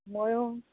ময়ো